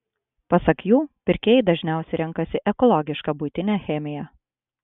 pasak jų pirkėjai dažniausiai renkasi ekologišką buitinę chemiją